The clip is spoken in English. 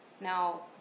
Now